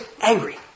angry